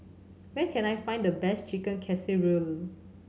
where can I find the best Chicken Casserole